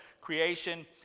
creation